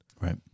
Right